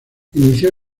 inició